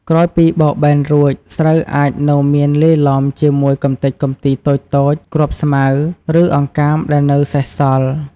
ក្រោយពីបោកបែនរួច ស្រូវអាចនៅមានលាយឡំជាមួយកំទេចកំទីតូចៗ គ្រាប់ស្មៅ ឬអង្កាមដែលនៅសេសសល់។